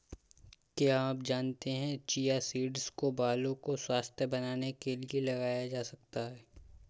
क्या आप जानते है चिया सीड्स को बालों को स्वस्थ्य बनाने के लिए लगाया जा सकता है?